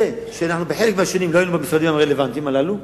שבחלק מהשנים אנחנו לא היינו במשרדים הרלוונטיים הללו,